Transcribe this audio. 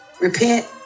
repent